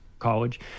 college